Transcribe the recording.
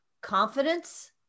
confidence